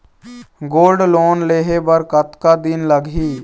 Gold loan लेहे बर कतका दिन लगही?